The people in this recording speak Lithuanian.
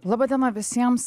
laba diena visiems